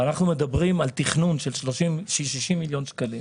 ואנחנו מדברים על תכנון של 60 מיליון שקלים,